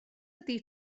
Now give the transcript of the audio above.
ydy